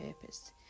purpose